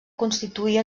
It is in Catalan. constituir